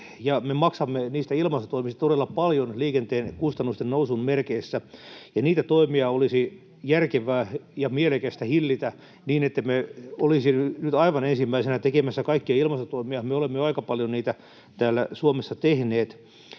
maksamme niistä ilmastotoimista todella paljon liikenteen kustannusten nousun merkeissä. Niitä toimia olisi järkevää ja mielekästä hillitä niin, ettemme olisi nyt aivan ensimmäisenä tekemässä kaikkia ilmastotoimia. Me olemme jo aika paljon niitä täällä Suomessa tehneet.